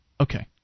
Okay